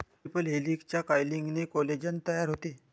triple हेलिक्सच्या कॉइलिंगने collagen तयार होते